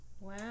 Wow